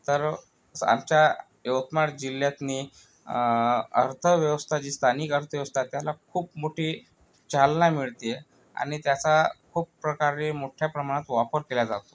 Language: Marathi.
तर आमच्या यवतमाळ जिल्ह्यात अर्थव्यवस्था जी स्थानिक अर्थव्यवस्था त्याला खूप मोठी चालना मिळते आहे आणि त्याचा खूप प्रकारे मोठ्या प्रमाणात वापर केला जातो